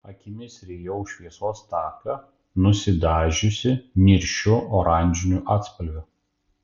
akimis rijau šviesos taką nusidažiusį niršiu oranžiniu atspalviu